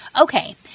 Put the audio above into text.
Okay